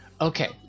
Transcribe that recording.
Okay